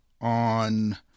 on